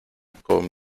con